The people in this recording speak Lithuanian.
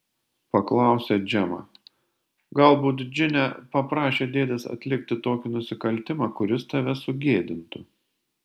paklausė džemą galbūt džine paprašė dėdės atlikti tokį nusikaltimą kuris tave sugėdintų